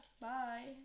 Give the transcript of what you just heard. Bye